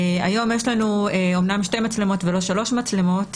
היום יש לנו אומנם שתי מצלמות ולא שלוש מצלמות,